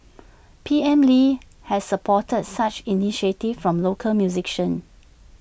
P M lee has supported such initiatives from local musicians